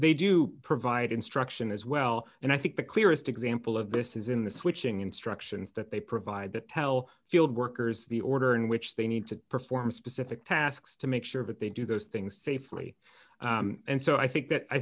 they do provide instruction as well and i think the clearest example of this is in the switching instructions that they provide to tell field workers the order in which they need to perform specific tasks to make sure that they do those things safely and so i think that i